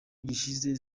gishize